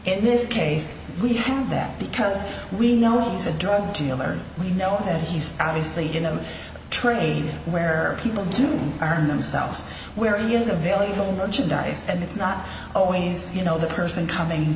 in this case we have that because we know he's a drug dealer we know that he's obviously you know trading where people do harm themselves where he is a valuable merchandise and it's not always you know the person coming